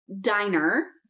diner